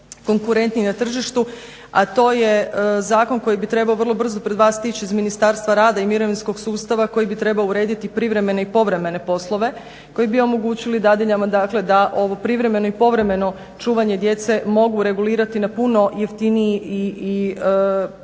konkurentniji na tržištu, a to je zakon koji bi trebao vrlo brzo pred vas stići iz Ministarstva rada i mirovinskog sustava koji bi trebao urediti privremene i povremene poslove, koji bi omogućili dadiljama dakle da ovo privremeno i povremeno čuvanje djece mogu regulirati na puno jeftiniji i za